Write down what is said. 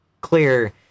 clear